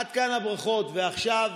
עד כאן הברכות, ועכשיו,